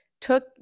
took